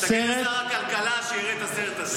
אז תגיד לשר הכלכלה שיראה את הסרט הזה.